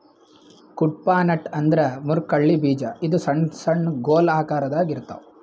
Cuddapah nut ಅಂದ್ರ ಮುರ್ಕಳ್ಳಿ ಬೀಜ ಇದು ಸಣ್ಣ್ ಸಣ್ಣು ಗೊಲ್ ಆಕರದಾಗ್ ಇರ್ತವ್